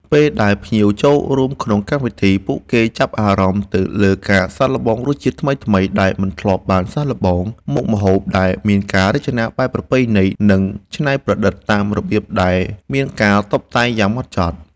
ពេលដែលភ្ញៀវចូលរួមក្នុងកម្មវិធី ពួកគេចាប់អារម្មណ៍ទៅលើការសាកល្បងរសជាតិថ្មីៗដែលមិនធ្លាប់បានសាកល្បង មុខម្ហូបដែលមានការរចនាបែបប្រពៃណី និងច្នៃប្រឌិតតាមរបៀបដែលមានការតុបតែងយ៉ាងម៉ត់ចត់។